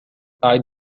أعد